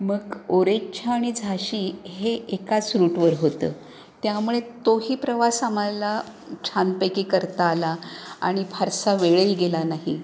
मग ओर्च्छा आणि झांशी हे एकाच रूटवर होतं त्यामुळे तोही प्रवास आम्हाला छानपैकी करता आला आणि फारसा वेळही गेला नाही